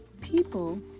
People